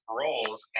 roles